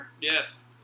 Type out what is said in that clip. Yes